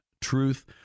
truth